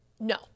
no